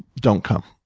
don't come.